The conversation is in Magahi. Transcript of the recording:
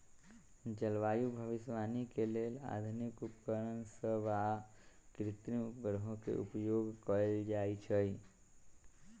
जलवायु भविष्यवाणी के लेल आधुनिक उपकरण सभ आऽ कृत्रिम उपग्रहों के प्रयोग कएल जाइ छइ